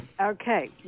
Okay